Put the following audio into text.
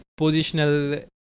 positional